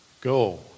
go